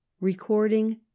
recording